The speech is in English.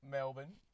Melbourne